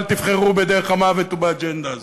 אל תבחרו בדרך המוות ובאג'נדה הזאת.